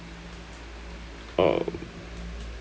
um